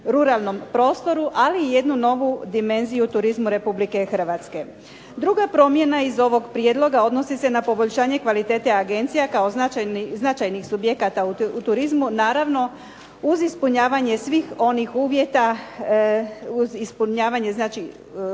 ruralnom prostoru, ali i jednu novu dimenziju turizmu Republike Hrvatske. Druga promjena iz ovog prijedloga odnosi se na poboljšanje kvalitete agencija kao značajnih subjekata u turizmu, naravno uz ispunjavanje svih onih uvjeta, uz ispunjavanje kako